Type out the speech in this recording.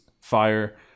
fire